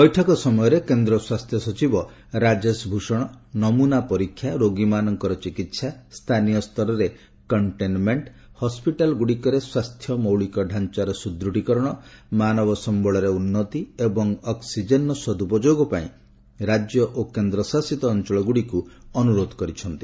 ବୈଠକ ସମୟରେ କେନ୍ଦ୍ର ସ୍ୱାସ୍ଥ୍ୟ ସଚିବ ରାଜେଶ ଭୂଷଣ ନମୁନା ପରୀକ୍ଷା ରୋଗୀମାନଙ୍କର ଚିକିସା ସ୍ଥାନୀୟସ୍ତରରେ କଣ୍ଟେନମେଣ୍ଟ ହସ୍ପିଟାଲଗୁଡିକରେ ସ୍ୱାସ୍ଥ୍ୟମୌଳିକ ଡାଞ୍ଚାର ସୁଦୂଢୀକରଣ ମାନବସମ୍ଭଳରେ ଉନ୍ନତି ଏବଂ ଅକ୍କିଜେନର ସଦୁପଯୋଗ ପାଇଁ ରାଜ୍ୟ ଓ କେନ୍ଦ୍ର ଶାସିତ ଅଞ୍ଚଳଗୁଡିକୁ ଅନୁରୋଧ କରିଛନ୍ତି